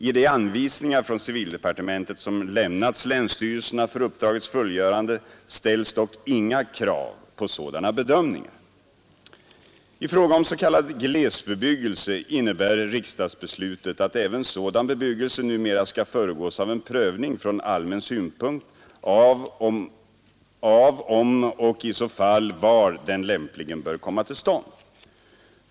I de anvisningar från civildepartementet som lämnats länsstyrelserna för uppdragets fullgörande ställs dock inga krav på sådana bedömningar. I fråga om s.k. glesbebyggelse innebär riksdagsbeslutet att även sådan bebyggelse numera skall föregås av en prövning från allmän synpunkt av om och i så fall var den lämpligen bör komma till stånd.